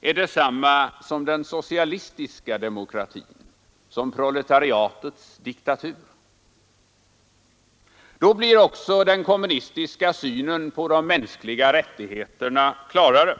är detsamma som den socialistiska demokratin dvs, ”proletariatets diktatur”. Då blir också den kommunistiska synen på de mänskliga rättigheterna klarare.